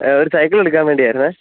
ഒരു സൈക്കിൾ എടുക്കാൻ വേണ്ടിയായിരുന്നേ